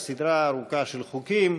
יש סדרה ארוכה של חוקים.